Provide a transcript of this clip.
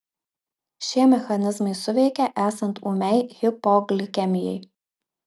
šie mechanizmai suveikia esant ūmiai hipoglikemijai